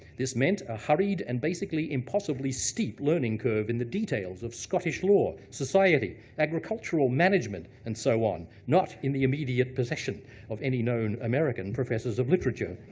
this meant a hurried and basically impossibly steep learning curve in the details of scottish law, society, agricultural management, and so on, not in the immediate possession of any known american professors of literature.